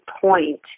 point